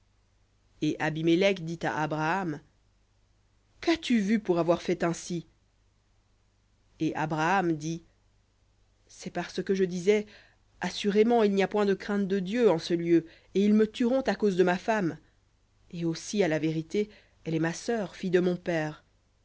et abimélec dit à abraham qu'as-tu vu pour avoir fait ainsi et abraham dit c'est parce que je disais assurément il n'y a point de crainte de dieu en ce lieu et ils me tueront à cause de ma femme et aussi à la vérité elle est ma sœur fille de mon père